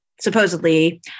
supposedly